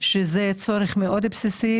שזה צורך מאוד בסיסי,